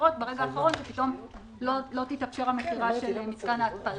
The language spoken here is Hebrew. לקרות ברגע האחרון שפתאום לא תתאפשר המכירה של מתקן ההתפלה.